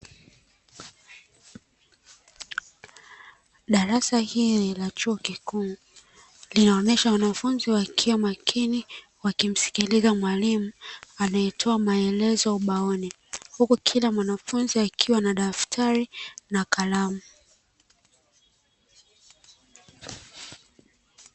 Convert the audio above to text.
Darasa hili la chuo kikuu, linaonyesha wanafunzi wakiwa makini wakimsikiliza mwalimu anayetoa maelezo ubaoni. Huku kila mwanafunzi akiwa na daftari na kalamu.